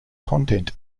content